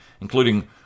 including